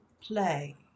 play